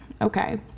okay